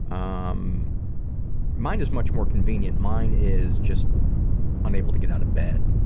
um mine is much more convenient. mine is just unable to get out of bed.